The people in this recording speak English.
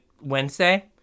Wednesday